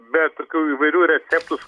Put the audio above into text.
be tokių įvairių receptus